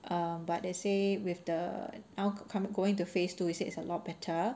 um but they say with the on~ com~ going to phase two he said it's a lot better